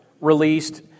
released